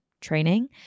training